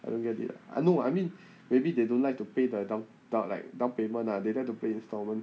I don't get it ah I know I mean maybe they don't like to pay the dow~ down like down payment ah they like to pay installment